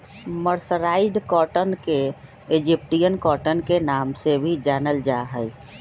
mercerised cotton के Egyptian cotton के नाम से भी जानल जा हई